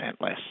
less